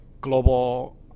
global